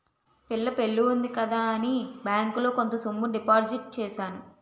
పిల్ల పెళ్లి ఉంది కదా అని బ్యాంకులో కొంత సొమ్ము డిపాజిట్ చేశాను